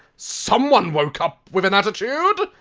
someone woke up with an attitude!